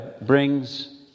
brings